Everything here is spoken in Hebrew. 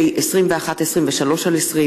פ/2123/20